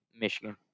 Michigan